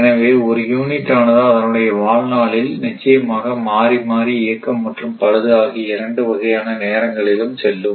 எனவே ஒரு யூனிட் ஆனது அதனுடைய வாழ் நாளில் நிச்சயமாக மாறி மாறி இயக்கம் மற்றும் பழுது ஆகிய இரண்டு வகையான நேரங்களிலும் செல்லும்